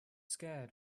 scared